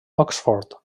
oxford